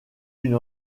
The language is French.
une